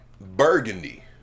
burgundy